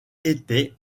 était